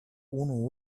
unu